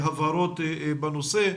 הבהרות בנושא.